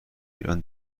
ایران